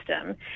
system